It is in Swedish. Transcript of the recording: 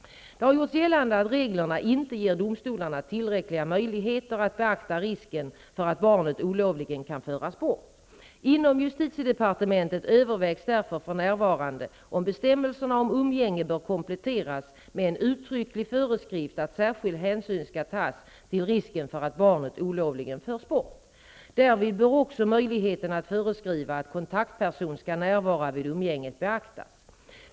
Det har gjorts gällande att reglerna inte ger domstolarna tillräckliga möjligheter att beakta risken för att barnet olovligen kan föras bort. Inom justitiedepartementet övervägs därför för närvarande om bestämmelserna om umgänge bör kompletteras med en uttrycklig föreskrift att särskild hänsyn skall tas till risken för att barnet olovligen förs bort. Därvid bör också möjligheten att föreskriva att kontaktperson skall närvara vid umgänget beaktas.